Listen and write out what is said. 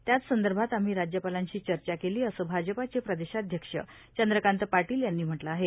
त्याच संदर्भात आम्ही राज्यपालांशी चर्चा केली असं भाजपाचे प्रदेशाध्यक्ष चंद्रकांत पाटील यांनी म्हटलं आहे